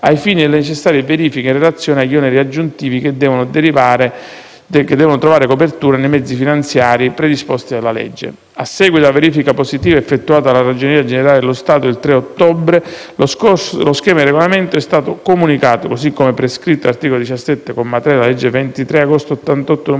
ai fini delle necessarie verifiche in relazione agli oneri aggiuntivi che devono trovare copertura nei mezzi finanziari predisposti dalla legge. A seguito della verifica positiva effettuata dalla Ragioneria generale dello Stato, il 3 ottobre lo schema di regolamento è stato comunicato, così come prescritto dall'articolo 17, comma 3, della legge 23 agosto 1988,